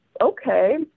okay